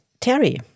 Terry